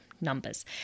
numbers